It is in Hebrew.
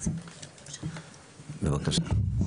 בבקשה.